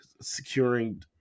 securing –